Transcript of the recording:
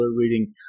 reading